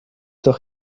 doch